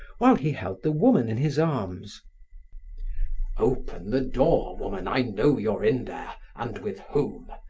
while he held the woman in his arms open the door, woman, i know you're in there, and with whom.